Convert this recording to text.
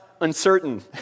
uncertain